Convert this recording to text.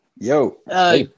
Yo